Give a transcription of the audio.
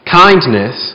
kindness